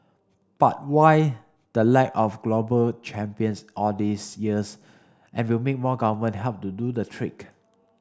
but why the lack of global champions all these years and will more government help do the trick